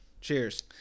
Cheers